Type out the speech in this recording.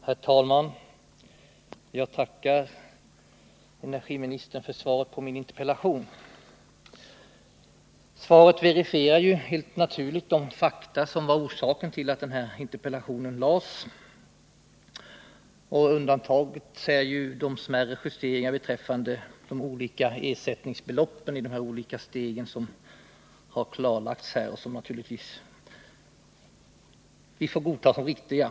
Herr talman! Jag tackar energiministern för svaret på min interpellation. Det verifierar helt naturligt de fakta som var orsaken till att interpellationen framställdes. Undantaget är de smärre justeringar beträffande ersättningsbeloppen i de olika stegen som har klarlagts här och som vi naturligtvis får godta som riktiga.